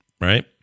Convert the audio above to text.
Right